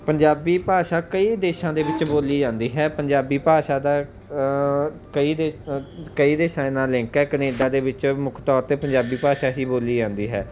ਪੰਜਾਬੀ ਭਾਸ਼ਾ ਕਈ ਦੇਸ਼ਾਂ ਦੇ ਵਿੱਚ ਬੋਲੀ ਜਾਂਦੀ ਹੈ ਪੰਜਾਬੀ ਭਾਸ਼ਾ ਦਾ ਕਈ ਦੇਸ਼ ਕਈ ਦੇਸ਼ਾਂ ਦੇ ਨਾਲ ਲਿੰਕ ਹੈ ਕਨੇਡਾ ਦੇ ਵਿੱਚ ਮੁੱਖ ਤੌਰ 'ਤੇ ਪੰਜਾਬੀ ਭਾਸ਼ਾ ਹੀ ਬੋਲੀ ਜਾਂਦੀ ਹੈ